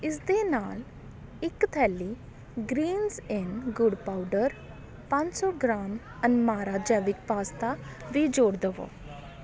ਇਸ ਦੇ ਨਾਲ ਇੱਕ ਥੈਲੀ ਗਰੀਨਸ ਇਨ ਗੁੜ ਪਾਊਡਰ ਪੰਜ ਸੌ ਗਰਾਮ ਅਨਮਾਰਾ ਜੈਵਿਕ ਪਾਸਤਾ ਵੀ ਜੋੜ ਦੇਵੋ